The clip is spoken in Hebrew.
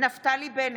נפתלי בנט,